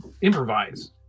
improvise